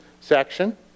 section